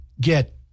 get